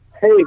Hey